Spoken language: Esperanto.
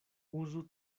uzu